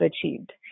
achieved